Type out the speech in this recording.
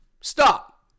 stop